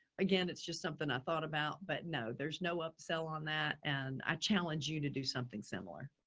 again, it's just something ah thought about. but no, there's no upsell on that. and i challenge you to do something similar.